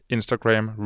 Instagram